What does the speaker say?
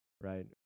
right